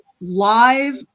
live